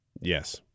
Yes